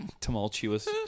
tumultuous